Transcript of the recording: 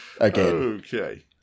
okay